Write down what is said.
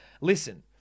listen